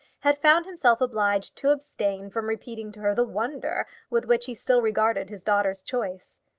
had found himself obliged to abstain from repeating to her the wonder with which he still regarded his daughter's choice.